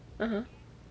(uh huh)